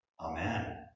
Amen